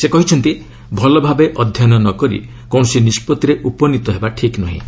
ସେ କହିଛନ୍ତି ଭଲଭାବେ ଅଧ୍ୟୟନ ନ କରି କୌଣସି ନିଷ୍କଭିରେ ଉପନୀତ ହେବା ଠିକ୍ ନୁହେଁ